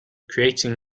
creating